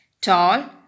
tall